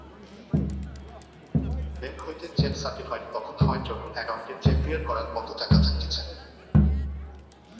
bank হইতে cheque certified তখন হয় যখন অ্যাকাউন্টে চেক ক্লিয়ার করার মতো টাকা থাকতিছে